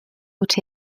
utf